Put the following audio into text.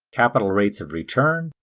capital rates of return,